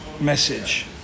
message